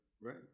right